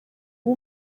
ubu